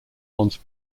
once